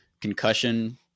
concussion